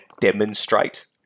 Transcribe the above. demonstrate